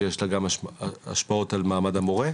שיש לה גם השפעות על מעמד המורה.